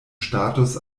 status